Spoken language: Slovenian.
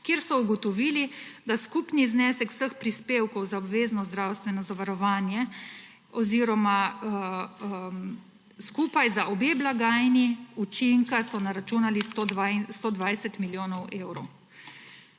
kjer so ugotovili, da skupni znesek vseh prispevkov za obvezno zdravstveno zavarovanje oziroma so skupaj za obe blagajni naračunali učinka za 120 milijonov evrov.